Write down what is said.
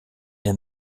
and